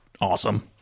awesome